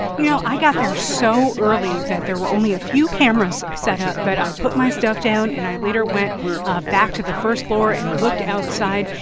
you know, i got there so early that there were only a few cameras set up. but i put my stuff down, and i later went back to the first floor and looked outside.